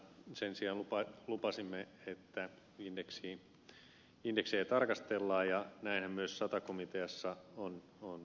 sen sijaan lupasimme että indeksejä tarkastellaan ja näinhän myös sata komiteassa on tehty